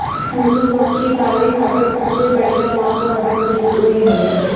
मधुमक्खी पाले खातिर सबसे बढ़िया मौसम वसंत ऋतू के हवे